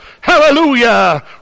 hallelujah